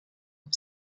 auf